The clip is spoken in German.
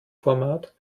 format